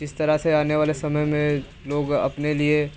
जिस तरह से आने वाले समय में लोग अपने लिए